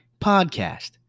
Podcast